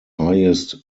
highest